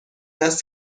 است